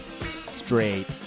straight